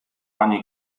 ogni